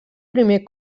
primer